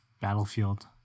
battlefield